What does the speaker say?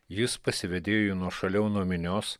jis pasivedėjo jį nuošaliau nuo minios